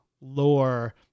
lore